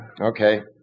Okay